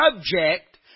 subject